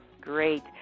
Great